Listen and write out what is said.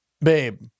Babe